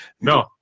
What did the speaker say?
No